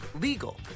legal